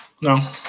No